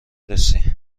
رسی